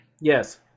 Yes